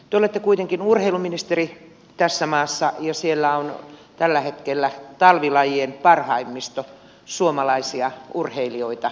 te olette kuitenkin urheiluministeri tässä maassa ja siellä on tällä hetkellä talvilajien parhaimmisto suomalaisia urheilijoita edustamassa meitä